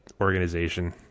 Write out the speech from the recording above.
organization